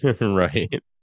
right